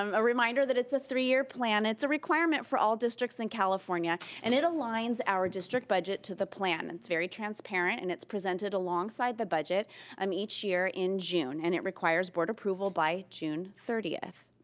um a reminder that it's a three year plan. it's a requirement for all districts in california and it aligns our district budget to the plan. and it's very transparent and it's presented alongside the budget um each year in june. and it requires board approval by june thirtieth.